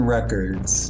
Records